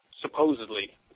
supposedly